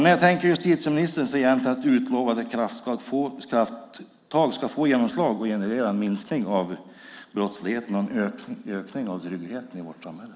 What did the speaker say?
När tänker sig justitieministern egentligen att de utlovade krafttagen ska få genomslag och generera en minskning av brottsligheten och en ökning av tryggheten i vårt samhälle?